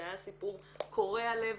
זה היה סיפור קורע לב,